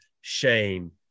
shame